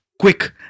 quick